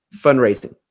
fundraising